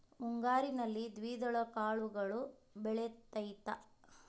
ಮುಂಗಾರಿನಲ್ಲಿ ದ್ವಿದಳ ಕಾಳುಗಳು ಬೆಳೆತೈತಾ?